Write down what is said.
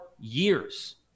years